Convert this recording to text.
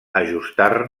ajustar